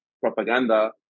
propaganda